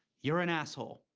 you're an asshole.